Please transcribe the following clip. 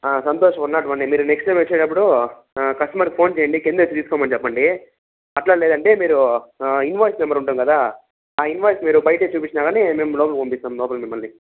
Santosh one not వన్నే మీరు next time వచ్చేదప్పుడు కస్టమర్కి ఫోన్ చెయ్యండి కింద వచ్చి తీసుకోమని చెప్పండీ అట్లా లేదంటే మీరు ఇన్వాయిస్ నంబర్ ఉంటుంది కదా ఆ ఇన్వాయిసు మీరు బయటికి చూపిచ్చినా కానీ మేము లోపలికి పంపిస్తాం లోపలికి మిమ్మల్ని